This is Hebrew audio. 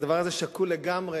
הדבר הזה שקול לגמרי